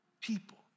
people